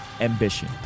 Ambition